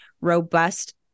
robust